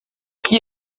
qui